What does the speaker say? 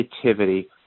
creativity